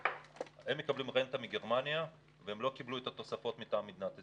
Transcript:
הם מקבלים רנטה מגרמניה והם לא קיבלו את התוספות מטעם מדינת ישראל.